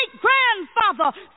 great-grandfather